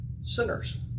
sinners